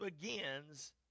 begins